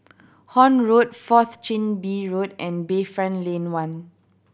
Horne Road Fourth Chin Bee Road and Bayfront Lane One